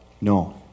No